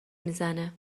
میزنه